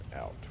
out